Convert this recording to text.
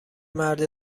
مرد